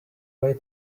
way